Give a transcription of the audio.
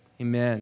amen